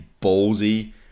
ballsy